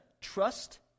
trust